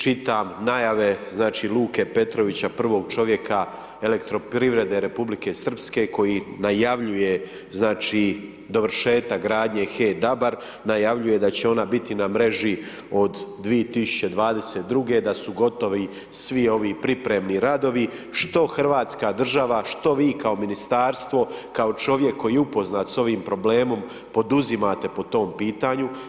Čitam najave, znači, Luke Petrovića, prvog čovjeka elektroprivrede Republike Srpske koji najavljuje, znači, dovršetak gradnje HE Dabar, najavljuje da će ona biti na mreži od 2022.-ge, da su gotovi svi ovi pripremni radovi, što hrvatska država, što vi kao Ministarstvo, kao čovjek koji je upoznat s ovim problemom, poduzimate po tom pitanju.